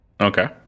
Okay